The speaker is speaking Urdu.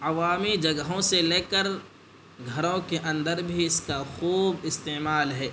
عوامی جگہوں سے لے کر گھروں کے اندر بھی اس کا خوب استعمال ہے